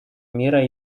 мира